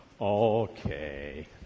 Okay